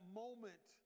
moment